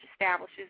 establishes